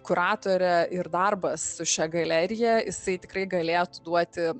kuratore ir darbas su šia galerija jisai tikrai galėtų duoti